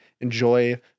Enjoy